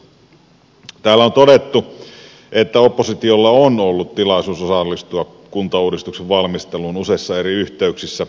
täällä on todettu että oppositiolla on ollut tilaisuus osallistua kuntauudistuksen valmisteluun useissa eri yhteyksissä